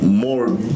more